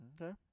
Okay